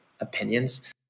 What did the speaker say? opinions